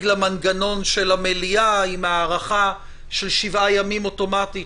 למנגנון של המליאה עם הארכה של שבעה ימים אוטומטית,